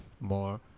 more